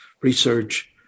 research